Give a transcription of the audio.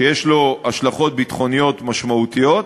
שיש לו השלכות ביטחוניות משמעותיות.